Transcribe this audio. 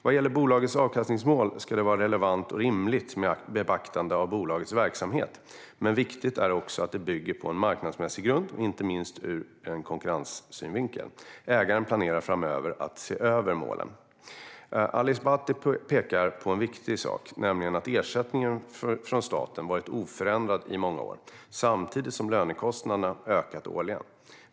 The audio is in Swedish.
Vad gäller bolagets avkastningsmål ska det vara relevant och rimligt med beaktande av bolagets verksamhet, men viktigt är också att det bygger på en marknadsmässig grund, inte minst ur konkurrenssynvinkel. Ägaren planerar framöver att se över målen. Ali Esbati pekar på en viktig sak, nämligen att ersättningen från staten har varit oförändrad i många år samtidigt som lönekostnaderna har ökat årligen.